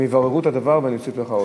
הם יבררו את הדבר ואני אוסיף לך,